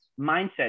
mindset